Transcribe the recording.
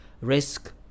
risk